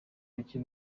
bake